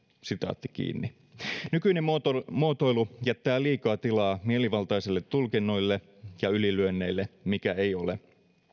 nykyinen muotoilu muotoilu jättää liikaa tilaa mielivaltaisille tulkinnoille ja ylilyönneille mikä ei ole